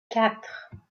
quatre